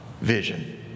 vision